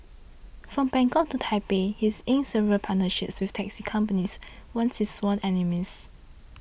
from Bangkok to Taipei he's inked several partnerships with taxi companies once its sworn enemies